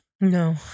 No